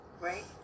Right